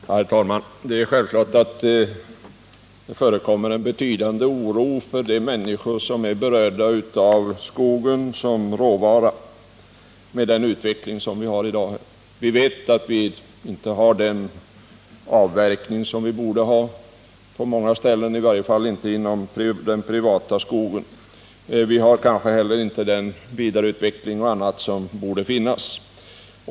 Herr talman! Med den utveckling som nu råder är det självklart att det finns en betydande oro hos de människor som är berörda av skogen som råvara. Vi vet att avverkningen på många ställen inte är så som den borde vara —i varje fall inte i den privata skogen. Man har kanske inte heller den vidareutveckling som man borde ha.